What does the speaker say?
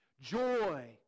Joy